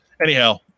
Anyhow